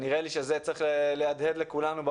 נראה לי שזה צריך להדהד לכולנו בראש.